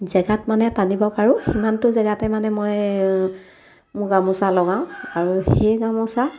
জেগাত মানে টানিব পাৰোঁ সিমানটো জেগাতে মানে মই মোৰ গামোচা লগাওঁ আৰু সেই গামোচা